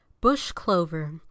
Bush-clover